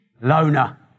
loner